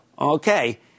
Okay